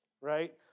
right